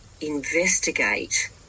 investigate